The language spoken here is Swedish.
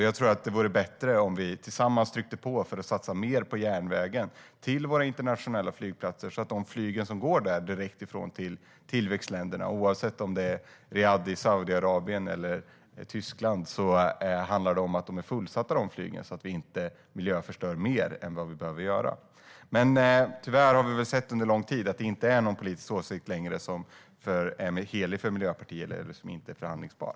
Jag tror att det vore bättre om vi tillsammans tryckte på för att det ska satsas mer på järnvägen till våra internationella flygplatser, så att de flyg som går därifrån direkt till tillväxtländerna, oavsett om det är Riyadh i Saudiarabien eller Tyskland, är fullsatta och så att vi inte förstör miljön mer än vi behöver. Tyvärr har vi under lång tid sett att det inte längre är någon politisk åsikt som är helig för Miljöpartiet eller som inte är förhandlingsbar.